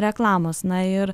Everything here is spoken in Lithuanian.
reklamos na ir